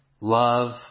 Love